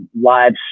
live